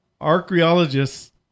Archaeologists